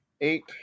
Eight